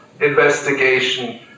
investigation